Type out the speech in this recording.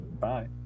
Bye